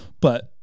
But-